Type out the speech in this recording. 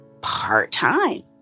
part-time